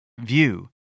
view